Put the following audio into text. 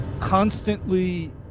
constantly